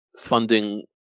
funding